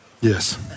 Yes